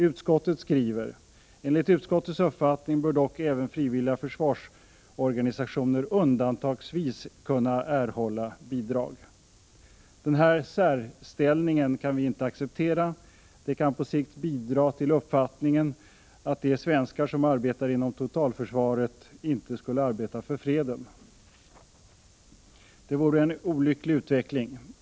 Utskottet skriver: ”Enligt utskottets uppfattning bör dock även frivilliga försvarsorganisationer undantagsvis kunna erhålla bidrag Denna särställning kan vi inte acceptera. Den kan på sikt bidraga till uppfattningen att de svenskar som arbetar inom totalförsvaret inte skulle arbeta för freden. Det vore en olycklig utveckling.